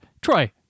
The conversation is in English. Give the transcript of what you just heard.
Troy